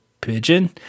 pigeon